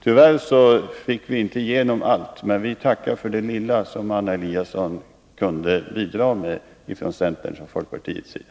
Tyvärr fick vi inte igenom allt, men vi tackar för det lilla som Anna Eliasson kunde bidra med från centerns och folkpartiets sida.